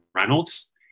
Reynolds